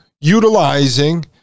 utilizing